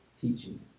teaching